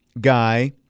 guy